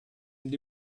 and